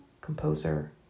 composer